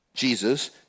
Jesus